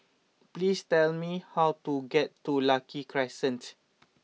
please tell me how to get to Lucky Crescent